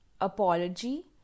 apology